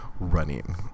running